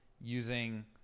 using